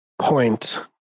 point